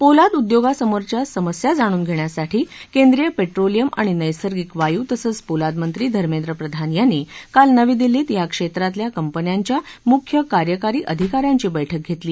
पोलाद उद्योगासमोरच्या समस्या जाणून घेण्यासाठी केंद्रीय पेट्रोलियम आणि नैर्सगिक वायू तसंच पोलाद मंत्री धर्मेंद्र प्रधान यांनी काल नवी दिल्लीत या क्षेत्रातल्या कंपन्यांच्या मुख्य कार्यकारी अधिकाऱ्यांची बैठक घेतली